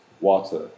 water